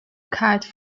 kite